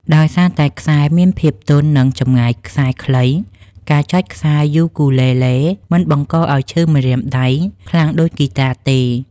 ដោយសារតែខ្សែមានភាពទន់ និងចម្ងាយខ្សែខ្លី ការចុចខ្សែយូគូលេលេមិនបង្កឲ្យឈឺម្រាមដៃខ្លាំងដូចហ្គីតាទេ។